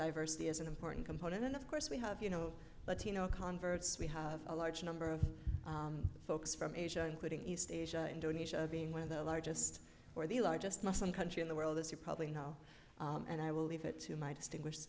diversity is an important component and of course we have you know but you know converts we have a large number of folks from asia including east asia indonesia being one of the largest or the largest muslim country in the world as you probably know and i will leave it to my distinguish